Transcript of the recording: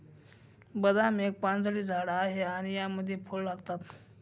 बदाम एक पानझडी झाड आहे आणि यामध्ये फळ लागतात